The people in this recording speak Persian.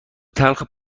تلخ